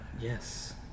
Yes